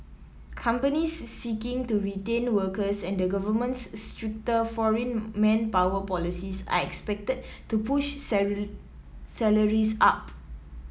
companies seeking to retain workers and the government's stricter foreign manpower policies are expected to push salaries up